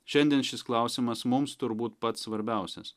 šiandien šis klausimas mums turbūt pats svarbiausias